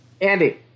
Andy